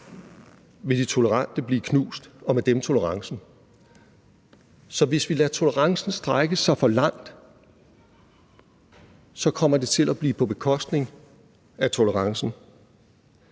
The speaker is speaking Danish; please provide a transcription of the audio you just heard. vil de tolerante blive knust og med dem tolerancen. Så hvis vi lader tolerancen strække sig for langt, kommer det til at blive på bekostning af tolerancen.